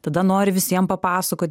tada nori visiem papasakot